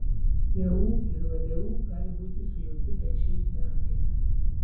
leu ir vdu gali būti sujungti dar šiais metais